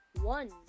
One